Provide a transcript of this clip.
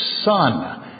son